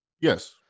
Yes